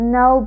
no